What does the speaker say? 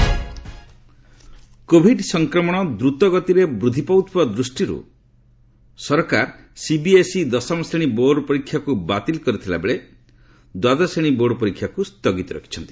CBSE COVID ସଂକ୍ରମଣ ଦ୍ରୁତ ଗତିରେ ବୃଦ୍ଧି ପାଉଥିବା ଦୃଷ୍ଟିରୁ ସରକାର ସିବିଏସ୍ଇ ଦଶମ ଶ୍ରେଣୀ ବୋର୍ଡ ପରୀକ୍ଷାକୁ ବାତିଲ କରିଥିବା ବେଳେ ଦ୍ୱାଦଶ ଶ୍ରେଣୀ ବୋର୍ଡ ପରୀକ୍ଷାକୁ ସ୍ଥଗିତ ରଖିଛନ୍ତି